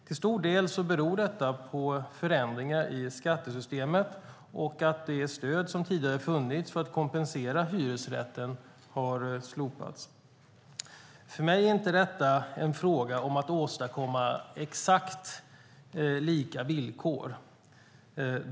Till stor del beror detta på förändringar i skattesystemet och att det stöd som tidigare funnits för att kompensera hyresrätten har slopats. För mig är detta inte en fråga om att åstadkomma exakt lika villkor.